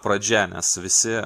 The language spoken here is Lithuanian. pradžia nes visi